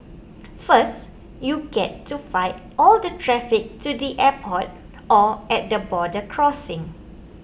first you get to fight all the traffic to the airport or at the border crossing